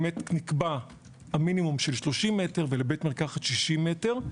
באמת נקבע המינימום של 30 מטרים ולבית מרקחת 60 מטרים,